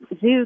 zoo